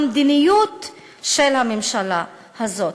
המדיניות של הממשלה הזאת,